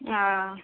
हँ